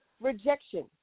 rejection